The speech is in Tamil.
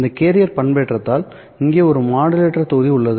இந்த கேரியர் பண்பேற்றப்பட்டதால் இங்கே ஒரு மாடுலேட்டர் தொகுதி உள்ளது